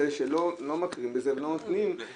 שלא מכירים בזה ולא נותנים את ההתאמה.